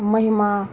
महिमा